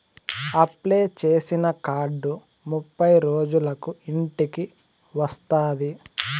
apply చేసిన card ముప్పై రోజులకు ఇంటికి వస్తాది